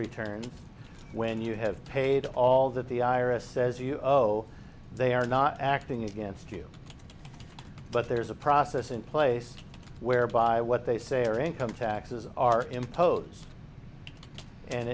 return when you have paid all that the i r s says you owe they are not acting against you but there is a process in place whereby what they say are income taxes are imposed and